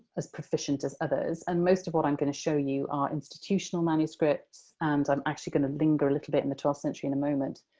as proficient as others, and most of what i'm gonna show you are institutional manuscripts, and i'm actually gonna linger a little bit in the twelfth century in a moment.